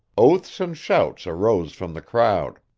oaths and shouts arose from the crowd.